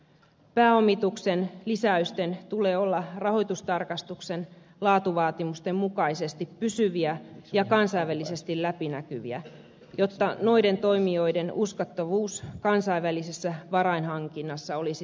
pääomituksen lisäysten tulee olla rahoitustarkastuksen laatuvaatimusten mukaisesti pysyviä ja kansainvälisesti läpinäkyviä jotta noiden toimijoiden uskottavuus kansainvälisessä varainhankinnassa olisi turvattu